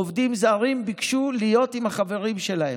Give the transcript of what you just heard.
עובדים זרים ביקשו להיות עם החברים שלהם,